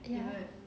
ya